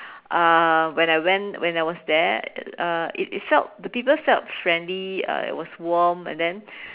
uh when I went when I was there uh it it felt the people felt friendly uh it was warm and then